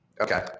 okay